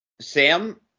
Sam